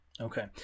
Okay